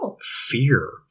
fear